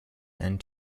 and